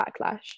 backlash